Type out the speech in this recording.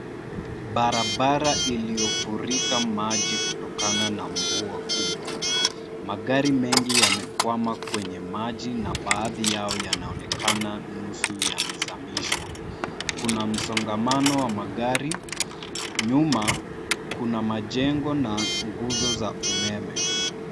Barabara iliyo furika maji kutokana na mvua kubwa. Magari mengi yamekwama kwenye maji na baadhi yao yanaonekana nusu yamezamishwa. Kuna msongamano wa magari. Nyuma kuna majengo na nguzo za umeme.